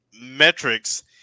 metrics